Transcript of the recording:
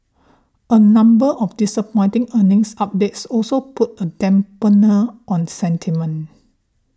a number of disappointing earnings updates also put a dampener on sentiment